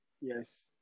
Yes